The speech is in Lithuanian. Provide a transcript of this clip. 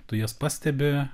tu jas pastebi